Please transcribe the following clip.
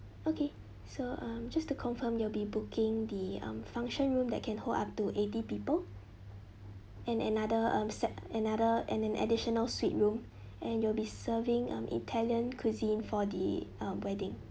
okay so um just to confirm you will be booking the um function room that can hold up to eighty people and another um set another and an additional suite room and you'll be serving um italian cuisine for the um wedding